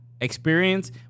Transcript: experience